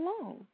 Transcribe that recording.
alone